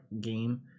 game